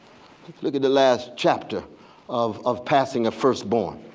look at the last chapter of of passing a firstborn.